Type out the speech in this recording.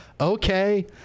okay